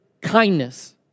kindness